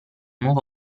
nuovo